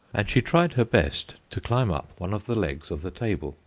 and she tried her best to climb up one of the legs of the table,